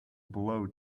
blow